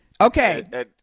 Okay